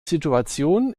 situation